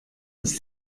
ist